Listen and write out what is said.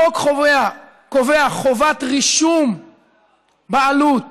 החוק קובע חובת רישום בעלות